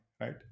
right